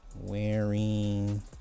wearing